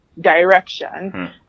direction